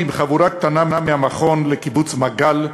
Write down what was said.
עם חבורה קטנה מהמכון לקיבוץ מגל,